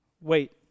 wait